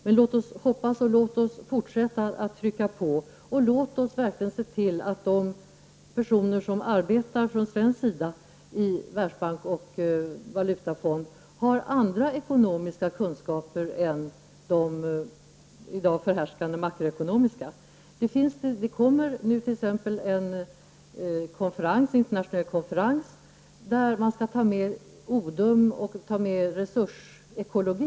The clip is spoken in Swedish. Men låt oss hoppas och fortsätta att trycka på och låt oss verkligen se till att de svenskar som arbetar i Världsbanken och Valutafonden har andra ekonomiska kunskaper än de i dag förhärskande makroekonomiska. Det kommer t.ex. en internationell konferens i vilken E. Odum skall delta och där man skall ta upp resursekologi.